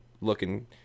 looking